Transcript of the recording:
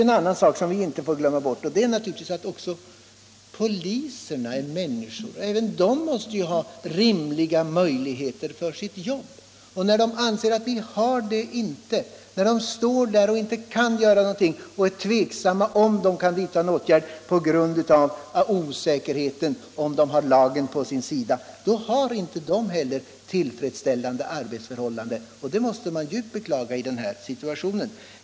En annan sak som vi inte får glömma är att också poliserna är människor. Även de måste ju ha rimliga möjligheter att sköta sitt jobb. När de anser att de inte har det, när de står där och inte kan göra någonting, när de är tveksamma om de kan vidta en åtgärd på grund av osäkerheten om de har lagen på sin sida, då har de inte tillfredsställande arbetsförhållanden. Det måste man djupt beklaga.